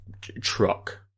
truck